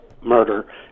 murder